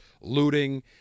looting